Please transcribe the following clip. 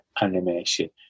animation